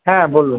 হ্যাঁ বলুন